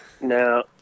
No